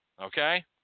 okay